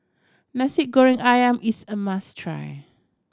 Nasi Goreng Ayam is a must try